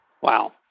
Wow